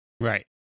Right